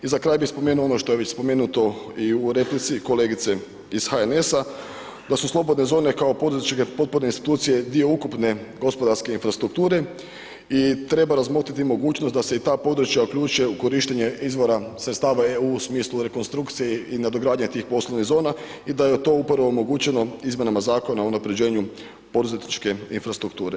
I za kraj bi spomenuo ono što je već spomenuto i u replici kolegice iz HNS-a da su slobodne zone kao poduzetničke potporne institucije dio ukupne gospodarske infrastrukture i treba razmotriti mogućnost da se i ta područja uključe u korištenje izvora sredstava EU u smislu rekonstrukcije i nadogradnje tih poslovnih zona i da je to upravo omogućeno izmjenama Zakona o unaprjeđenju poduzetničke infrastrukture.